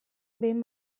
behin